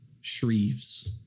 Shreve's